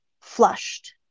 flushed